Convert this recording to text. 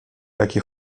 jakie